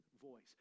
voice